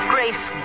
Grace